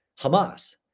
Hamas